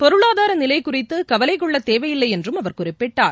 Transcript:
பொருளாதார நிலை குறித்து கவலை கொள்ள தேவையில்லை என்றும் அவர் குறிப்பிட்டார்